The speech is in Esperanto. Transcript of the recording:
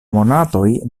monatoj